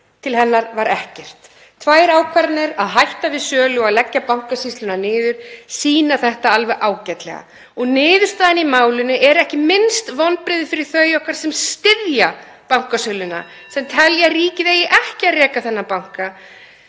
til hennar var ekkert. Tvær ákvarðanir, að hætta við sölu og að leggja Bankasýsluna niður, sýna þetta alveg ágætlega (Forseti hringir.) og niðurstaðan í málinu er ekki minnst vonbrigði fyrir þau okkar sem styðja bankasöluna, sem telja að ríkið eigi ekki að reka þennan banka.